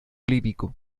lírico